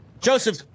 Joseph